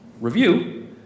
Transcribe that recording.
review